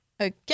Okay